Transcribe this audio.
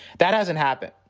that hasn't happened.